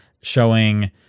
showing